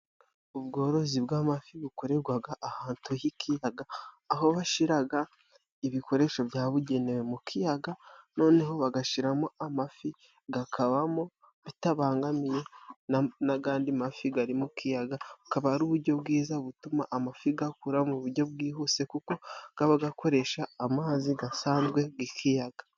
Ubworozi bw'amafi bukorerwaga ahatu h'ikiyaga aho bashiraga ibikoresho byabugenewe mu kiyaga, noneho bagashiramo amafi gakabamo bitabangamiye n'agandi mafi gari mu kiyaga. Akaba ari uburyo bwiza butuma amafi akura mu buryo bwihuse, kuko gaba gakoresha amazi adasanzwe g'ikiyaga.